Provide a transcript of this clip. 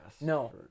No